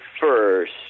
first